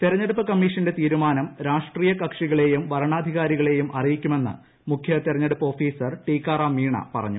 തെരഞ്ഞെടുപ്പ് കമ്മീഷന്റെ തീരുമാനം രാഷ് ട്രീയകക്ഷികളെയും വരണാധികാരികളെയും അറിയിക്കുമെ ന്ന് മുഖ്യ തിരഞ്ഞെടുപ്പ് ഓഫീസർ ടീക്കാറാം മീണ പറഞ്ഞു